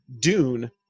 Dune